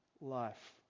life